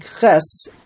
Ches